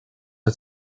are